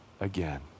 again